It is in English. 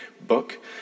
book